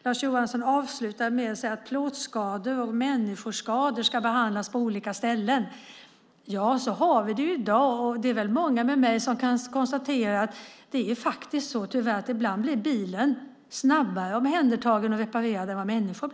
Lars Johansson avslutar med att säga att plåtskador och människor ska behandlas på olika ställen. Ja, så har vi det ju i dag, och det är väl många med mig som kan konstatera att det faktiskt tyvärr är så att bilen ibland blir snabbare omhändertagen och reparerad än människorna.